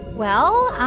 well,